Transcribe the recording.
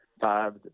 five